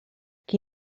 qui